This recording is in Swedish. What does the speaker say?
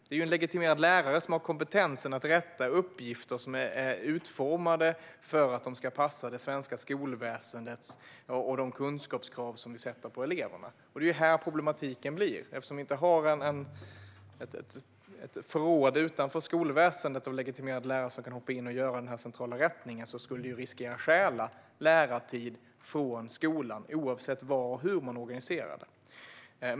Det är ju en legitimerad lärare som har kompetensen att rätta uppgifter som är utformade för att passa det svenska skolväsendet och de kunskapskrav vi ställer på eleverna. Det är här problematiken uppstår. Eftersom vi inte har ett förråd utanför skolväsendet av legitimerade lärare som kan hoppa in och göra den centrala rättningen skulle det riskera att stjäla lärartid från skolan oavsett var och hur man organiserar det.